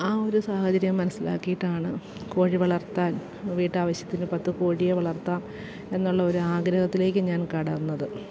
ആ ഒരു സാഹചര്യം മനസിലാക്കിയിട്ടാണ് കോഴി വളർത്താൻ വീട്ടാവശ്യത്തിന് പത്ത് കോഴിയെ വളർത്താം എന്നുള്ളൊരു ആഗ്രഹത്തിലേക്ക് ഞാൻ കടന്നത്